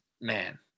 man